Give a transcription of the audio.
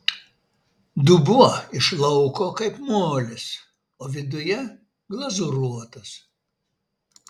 dubuo iš lauko kaip molis o viduje glazūruotas